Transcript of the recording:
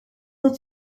dut